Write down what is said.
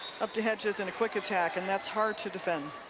up to hedges, and a quick attack. and that's hard to defend